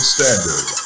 Standard